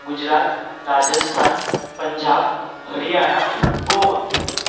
Gujarat Rajasthan Punjab Haryana Goa